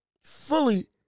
fully